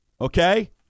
Okay